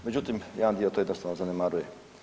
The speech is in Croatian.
Međutim, jedan dio to jednostavno zanemaruje.